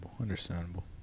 Understandable